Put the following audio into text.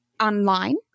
online